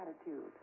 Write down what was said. attitude